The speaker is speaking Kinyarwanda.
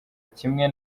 kimwe